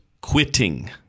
quitting